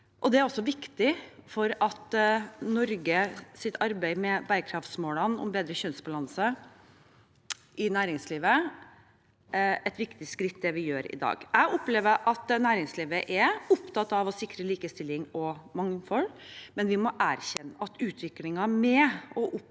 i næringslivet, og for Norges arbeid med bærekraftsmålene om bedre kjønnsbalanse i næringslivet er det et viktig skritt, det vi gjør i dag. Jeg opplever at næringslivet er opptatt av å sikre likestilling og mangfold, men vi må erkjenne at utviklingen med å oppnå